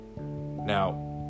Now